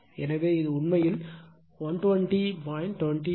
எனவே இது உண்மையில் 120